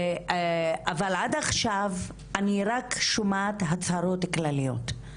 אבל עד עכשיו אני רק שומעת הצהרות כלליות.